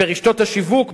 ברשתות השיווק,